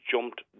jumped